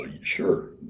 Sure